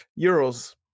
Euros